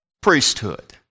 priesthood